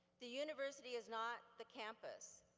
the university is not the campus,